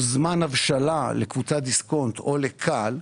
זמן הבשלה לקבוצת דיסקונט או ל-כאל,